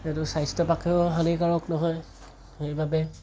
সেইটো স্বাস্থ্যপক্ষেও হানিকাৰক নহয় সেইবাবে